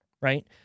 right